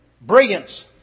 brilliance